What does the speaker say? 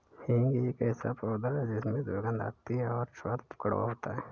हींग एक ऐसा पौधा है जिसमें दुर्गंध आती है और स्वाद कड़वा होता है